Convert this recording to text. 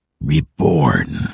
Reborn